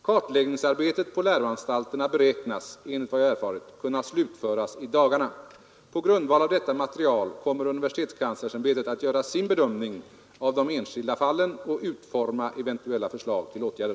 Kartläggningsarbetet på läroanstalterna beräknas — enligt vad jag erfarit — kunna slutföras i dagarna. På grundval av detta material kommer universitetskanslersämbetet att göra sin bedömning av de enskilda fallen och utforma eventuella förslag till åtgärder.